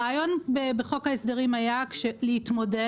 הרעיון בחוק ההסדרים היה להתמודד